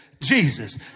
Jesus